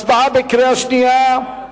הצבעה בקריאה שנייה,